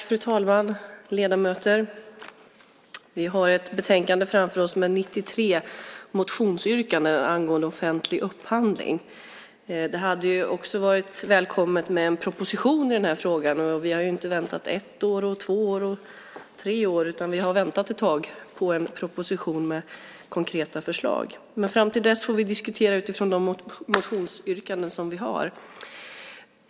Fru talman! Vi har ett betänkande framför oss med 93 motionsyrkanden angående offentlig upphandling. Det hade varit välkommet med en proposition i denna fråga. Vi har inte väntat ett år, två år eller tre år, utan vi har väntat ett tag på en proposition med konkreta förslag. Men till dess att vi får en proposition får vi diskutera utifrån de motionsyrkanden som vi har.